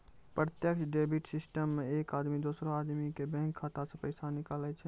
प्रत्यक्ष debit system मे एक आदमी दोसरो आदमी के बैंक खाता से पैसा निकाले छै